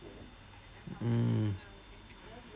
mm